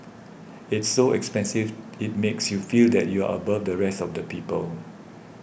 it's so expensive it makes you feel that you're above the rest of the people